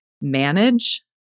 manage